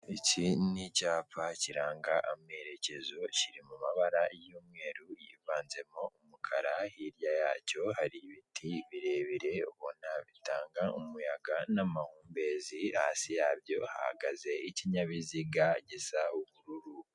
Iki ni icyapa kiranga amerekezo kiri mu mabara y' umweru yivanzemo umukara hirya yacyo hari ibiti birebire ubona bitanga umuyaga n' amahumbezi, hasi yacyo hahagaze ikinyabiziga zisa ubururu.